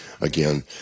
Again